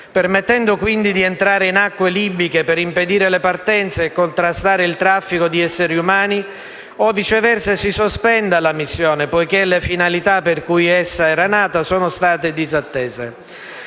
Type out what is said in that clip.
permettendo quindi di entrare in acque libiche per impedire le partenze e contrastare il traffico di esseri umani, o viceversa si sospenda la missione, poiché le finalità per cui essa era nata sono state disattese.